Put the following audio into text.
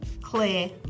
clear